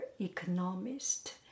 economist